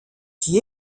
qui